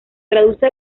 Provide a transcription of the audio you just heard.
traduce